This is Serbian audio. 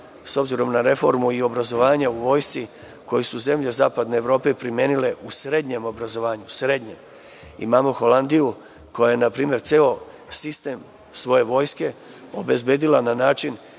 s obzirom na reformu i obrazovanja u vojsci koje su zemlje zapadne Evrope primenile u srednjem obrazovanju. Imamo Holandiju koja je ceo sistem svoje vojske obezbedila na način